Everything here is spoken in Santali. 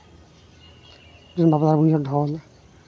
ᱛᱟᱯᱚᱨᱮ ᱢᱮᱱᱟᱜᱼᱟ ᱰᱷᱚᱞ